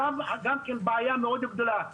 שם גם כן בעיה מאוד גדולה.